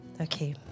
Okay